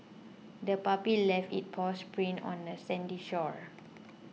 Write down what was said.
the puppy left its paw prints on the sandy shore